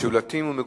משולטים ומגודרים.